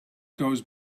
goes